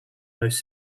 most